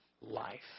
life